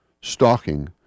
stalking